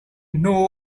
know